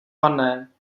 marné